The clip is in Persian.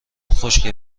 خشکه